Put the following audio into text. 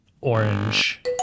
orange